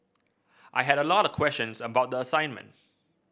I had a lot of questions about the assignment